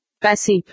Passive